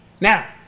Now